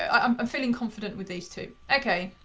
ah um i'm feeling confident with these two, okay.